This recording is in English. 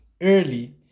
early